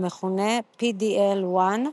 המכונה PDL-1,